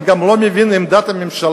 אני גם לא מבין את עמדת הממשלה,